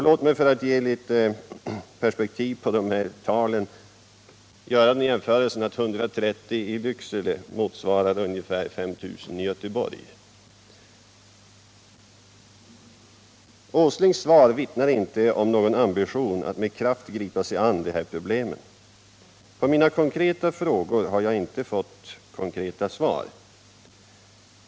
Låt mig, för att ge litet perspektiv på de här talen, göra den jämförelsen att 130 anställda i Lycksele motsvarar ungefär 5 000 i Göteborg. Herr Åslings svar vittnar inte om någon ambition att med kraft gripa sig an dessa problem. På mina konkreta frågor har jag inte fått några konkreta svar.